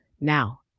Now